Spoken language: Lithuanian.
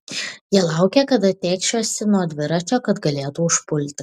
jie laukė kada tėkšiuosi nuo dviračio kad galėtų užpulti